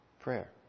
prayer